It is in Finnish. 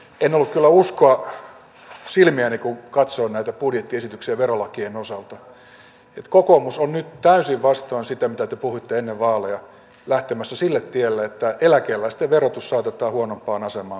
en ollut kyllä uskoa silmiäni kun katsoin näitä budjettiesityksiä verolakien osalta että kokoomus on nyt täysin vastoin sitä mitä te puhuitte ennen vaaleja lähtemässä sille tielle että eläkeläisten verotus saatetaan huonompaan asemaan kuin palkansaajien verotus